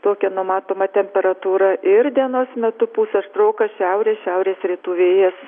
tokia numatoma temperatūra ir dienos metu pūs aštrokas šiaurės šiaurės rytų vėjas